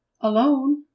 Alone